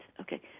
Okay